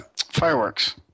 Fireworks